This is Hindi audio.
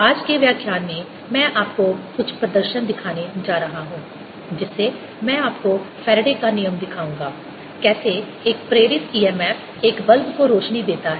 आज के व्याख्यान में मैं आपको कुछ प्रदर्शन दिखाने जा रहा हूं जिससे मैं आपको फैराडे का नियम दिखाऊंगा कैसे एक प्रेरित EMF एक बल्ब को रोशनी देता है